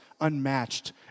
unmatched